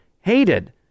hated